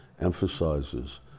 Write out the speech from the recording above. emphasizes